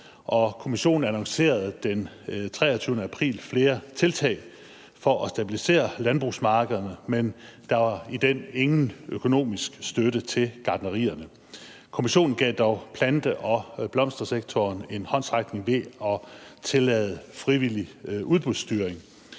Kommissionen annoncerede den 23. april flere tiltag for at stabilisere landbrugsmarkederne, men der var i den ingen økonomisk støtte til gartnerierne. Kommissionen gav dog plante- og blomstersektoren en håndsrækning ved at tillade frivillig udbudsstyring.